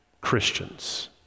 Christians